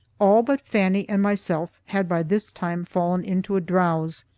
all but fannie and myself had by this time fallen into a drowse,